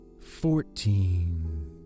fourteen